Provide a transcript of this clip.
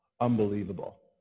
Unbelievable